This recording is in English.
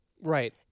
Right